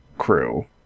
crew